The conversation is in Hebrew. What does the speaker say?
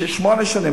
שמונה שנים,